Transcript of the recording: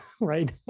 Right